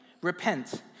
repent